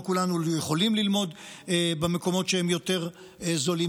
לא כולנו יכולים ללמוד במקומות שהם יותר זולים.